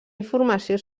informació